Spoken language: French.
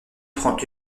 prend